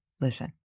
Listen